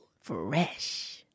Fresh